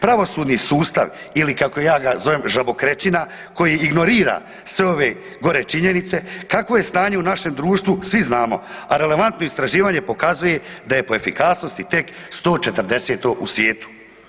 Pravosudni sustav, ili kako ja ga zovem, žabokrečina, koji ignorira sve ove gore činjenice, kakvo je stanje u našem društvu svi znamo, a relevantno istraživanje pokazuje da je po efikasnosti 140. u svijetu.